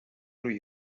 روی